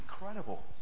incredible